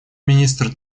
министр